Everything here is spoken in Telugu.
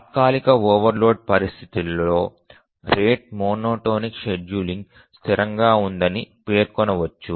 తాత్కాలిక ఓవర్లోడ్ పరిస్థితులలో రేటు మోనోటోనిక్ షెడ్యూలింగ్ స్థిరంగా ఉందని పేర్కొనవచ్చు